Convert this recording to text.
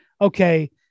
Okay